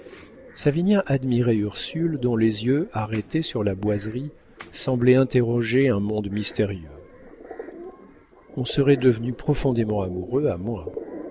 sa main gauche savinien admirait ursule dont les yeux arrêtés sur la boiserie semblaient interroger un monde mystérieux on serait devenu profondément amoureux à moins